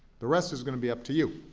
the rest is going to be up to you,